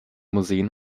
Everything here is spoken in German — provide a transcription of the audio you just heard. museen